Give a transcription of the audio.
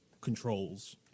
controls